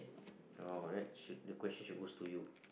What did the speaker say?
oh that should the question should move to you